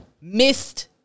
missed